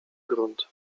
grunt